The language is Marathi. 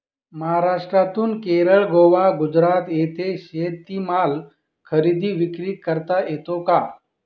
महाराष्ट्रातून केरळ, गोवा, गुजरात येथे शेतीमाल खरेदी विक्री करता येतो का?